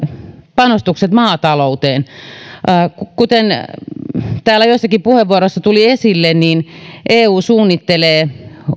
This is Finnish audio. panostukset maatalouteen kuten täällä joissakin puheenvuoroissa tuli esille niin eu suunnittelee